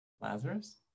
Lazarus